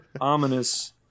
ominous